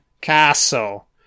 Castle